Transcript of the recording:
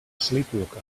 sleepwalker